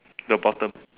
the bottom